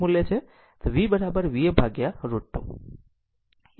V એ RMS મૂલ્ય છે V Vm √ 2